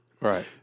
Right